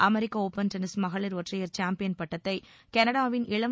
அமெரிக்க open tennis மகளிர் ஒற்றையர் champion பட்டத்தை கனடாவின் இளம்